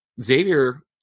Xavier